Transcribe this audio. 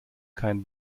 kein